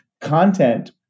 Content